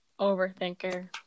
overthinker